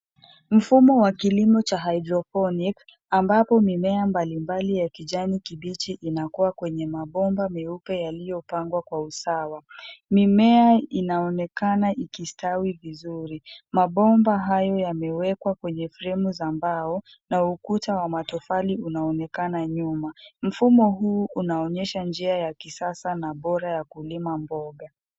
Mfumo wa kilimo cha haidroponiki ambapo mimea mbalimbali ya kijani kibichi inakua kwenye mabomba meupe yaliyopangwa kwa usawa. Mimea inaonekana ikistawi vizuri. Mabomba hayo yamewekwa kwenye fremu za mbao na ukuta wa matofali unaonekana nyuma. Mfumo huu unaonyesha njia ya kisasa na bora ya kulima mboga.